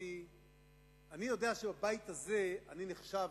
אני יודע שבבית הזה אני נחשב,